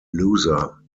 loser